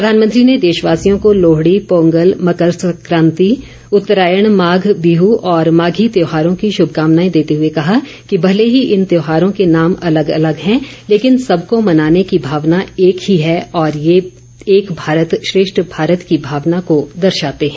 प्रधानमंत्री ने देशवासियों को लोहडी पोंगल मकर संक्रांति उत्तरायण माघ बिह और माघी त्योहारों की शभकामनाएं देते हुए कहा कि भले ही इन त्योहारों के नाम अलग अलग हैं लेकिन सबको मनाने की भावना एक ही है और ये एक भारत श्रेष्ठ भारत की भावना को दर्शाते हैं